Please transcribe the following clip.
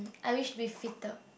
I wish be fitter